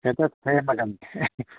ꯍꯦꯛꯇ ꯁꯦꯝꯃꯗꯃꯤ